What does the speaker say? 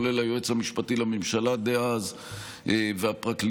כולל היועץ המשפטי לממשלה דאז והפרקליטות.